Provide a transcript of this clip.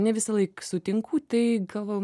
ne visąlaik sutinku tai galvoju